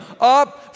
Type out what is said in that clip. up